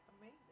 amazing